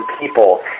people